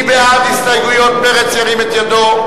מי בעד הסתייגויות מרצ, ירים את ידו.